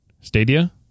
Stadia